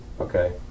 Okay